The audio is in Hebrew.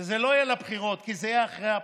וזה לא יהיה לבחירות, כי זה יהיה אחרי הבחירות.